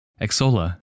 Exola